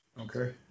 Okay